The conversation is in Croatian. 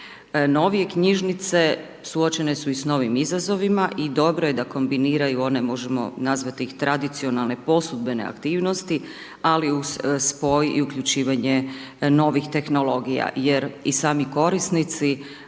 Novije knjižnice suočene su i s novim izazovima i dobro je da kombiniraju, one možemo ih nazvati tradicionalne posudbene aktivnosti, ali uz spoj i uključivanje novih tehnologija jer i sami korisnici